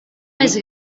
més